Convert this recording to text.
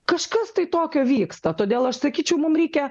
kažkas tai tokio vyksta todėl aš sakyčiau mum reikia